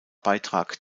beitrag